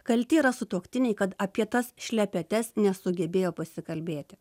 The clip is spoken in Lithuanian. kalti yra sutuoktiniai kad apie tas šlepetes nesugebėjo pasikalbėti